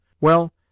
Well